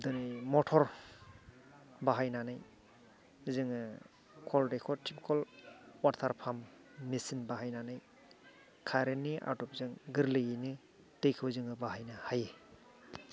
मटर बाहायनानै जोङो कल दैखर टिबखल वाटार पाम्प मेसिन बाहायनानै कारेन्ट नि आदबजों गोरलैयैनो दैखौ जोङो बाहायनो हायो